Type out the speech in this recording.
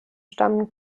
stammen